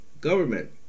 government